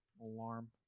Alarm